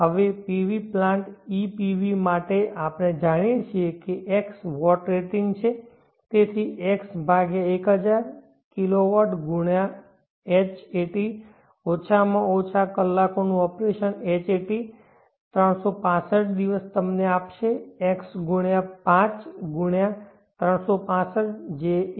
હવે PV plant EPV માટે આપણે જાણીએ છીએ કે x વોટ રેટિંગ છે તેથી x1000 kW ગુણ્યાં hat ઓછામાં ઓછું કલાકોનું ઓપરેશન hat 365 દિવસ તમને આપશે x ગુણ્યાં 5 ગુણ્યાં 365 જે 1